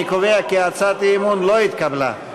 אני קובע כי הצעת האי-אמון לא התקבלה.